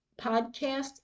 Podcast